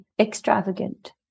extravagant